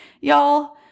y'all